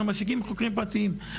אנחנו מעסיקים חוקרים פרטיים.